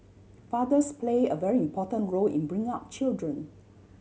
fathers play a very important role in bringing up children